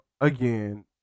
again